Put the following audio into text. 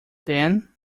then